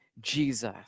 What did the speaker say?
Jesus